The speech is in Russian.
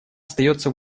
остается